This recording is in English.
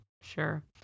sure